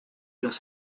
los